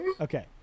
okay